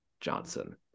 Johnson